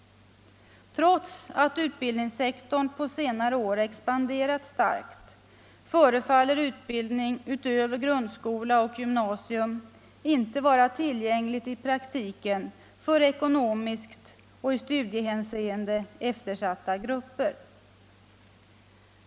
Trots att utbildningssektorn på senare år expanderat starkt förefaller utbildning utöver grundskola och gymnasium inte vara tillgänglig i praktiken för ekonomiskt och i studiehänseende eftersatta grupper.